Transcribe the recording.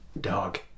dog